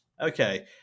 Okay